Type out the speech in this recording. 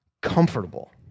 comfortable